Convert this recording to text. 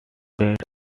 that